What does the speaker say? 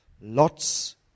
lots